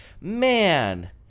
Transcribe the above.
man